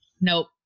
nope